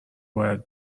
باید